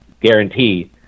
guarantee